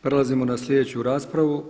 Prelazimo na sljedeću raspravu.